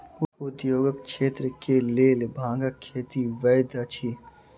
उद्योगक क्षेत्र के लेल भांगक खेती वैध अछि